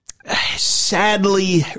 Sadly